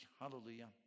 Hallelujah